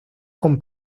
con